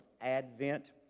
Advent